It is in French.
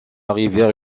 rivière